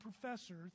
professor